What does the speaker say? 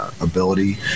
ability